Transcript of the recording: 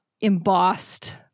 embossed